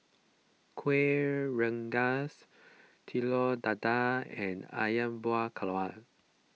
Kuih Rengas Telur Dadah and Ayam Buah Keluak